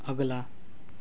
अगला